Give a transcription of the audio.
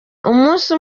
umunsi